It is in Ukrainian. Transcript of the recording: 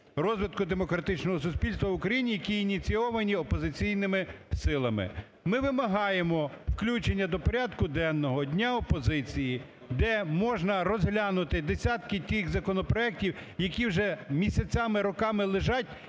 розвитку демократичного суспільства в Україні, які ініційовані опозиційними силами. Ми вимагаємо включення до порядку денного дня опозиції, де можна розглянути десятки тих законопроектів, які вже місяцями, роками лежать